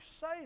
say